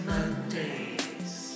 Mondays